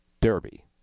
Derby